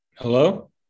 Hello